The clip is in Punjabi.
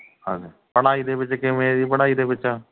ਹਾਂਜੀ ਪੜ੍ਹਾਈ ਦੇ ਵਿੱਚ ਕਿਵੇਂ ਹੈ ਜੀ ਪੜ੍ਹਾਈ ਦੇ ਵਿੱਚ